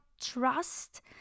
trust